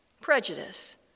Prejudice